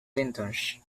mcintosh